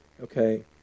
Okay